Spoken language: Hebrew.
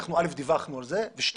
אנחנו א', דיווחנו על זה, וב',